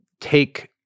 take